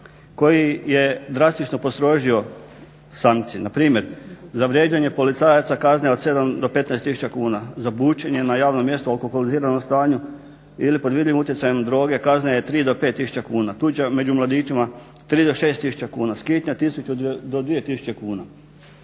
koji je drastično postrožio sankcije. Npr. za vrijeđanje policajaca kazne od 7 do 15 tisuća kuna, za bučenje na javnom mjestu u alkoholiziranom stanju ili pod vidnim utjecajem droge kazna je 3 do 5 tisuća kuna, tuča među mladićima 3 do 6 tisuća kuna, skitnja tisuću do 2 tisuće kuna.